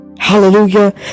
hallelujah